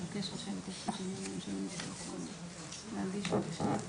רק 5 שנים ולא 15 שנים באותו מקצוע בריאות כיוון שזה מקצוע בריאות חדש.